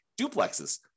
duplexes